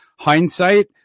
Hindsight